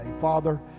Father